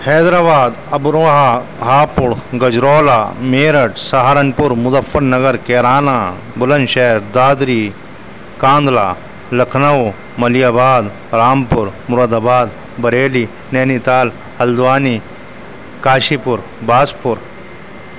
حیدر آباد Amroha Hapur Gajraula Meerut Saharanpur Muzaffarnagar Kairana Bulandshahr Dadri Kandhla Lucknow Malihabad Rampur Moradabad Bareilly Nainital Haldwani Kashipur Bazpur